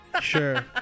Sure